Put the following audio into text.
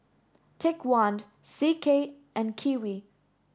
take one C K and Kiwi